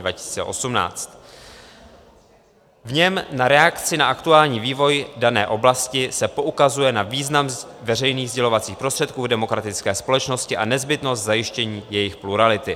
V něm na reakci na aktuální vývoj v dané oblasti se poukazuje na význam veřejných sdělovacích prostředků v demokratické společnosti a nezbytnost k zajištění jejich plurality.